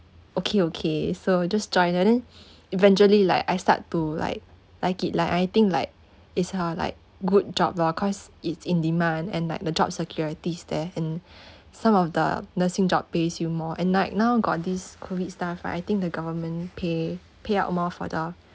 okay okay so just join and then eventually like I start to like like it like I think like it's uh like good job lor cause it's in demand and like the job security is there and some of the nursing job pays you more and like now got this COVID stuff right I think the government pay pay out more for the